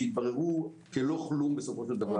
שהתבררו כלא כלום בסופו של דבר.